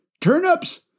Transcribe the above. turnips